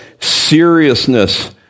seriousness